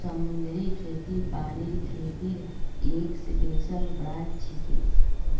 समुद्री खेती पानीर खेतीर एक स्पेशल ब्रांच छिके